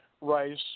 rice